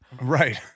right